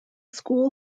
school